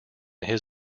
his